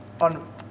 On